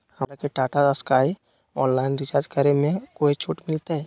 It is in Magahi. हमरा के टाटा स्काई ऑनलाइन रिचार्ज करे में कोई छूट मिलतई